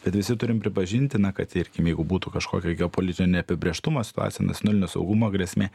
bet visi turim pripažinti na kad irkim jeigu būtų kažkokio geopolitinio neapibrėžtumo situacija nacionalinio saugumo grėsmė